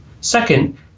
Second